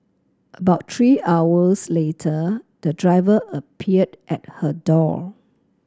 about three hours later the driver appeared at her door